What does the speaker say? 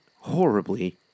horribly